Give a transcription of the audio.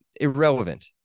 Irrelevant